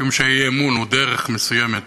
משום שהאי-אמון הוא דרך מסוימת